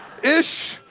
ish